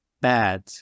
bad